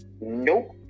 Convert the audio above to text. nope